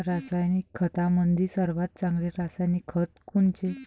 रासायनिक खतामंदी सर्वात चांगले रासायनिक खत कोनचे?